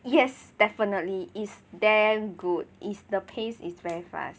yes definitely is damn good it's the pace is very fast